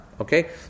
Okay